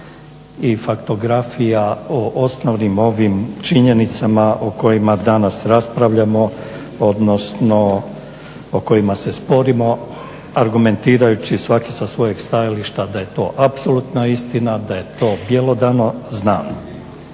i faktografija o osnovnim ovim činjenicama o kojima danas raspravljamo odnosno o kojima se sporimo argumentirajući svaki sa svojeg stajališta da je to apsolutna istina, da je to bjelodano znano.